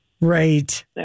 Right